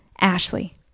Ashley